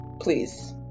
please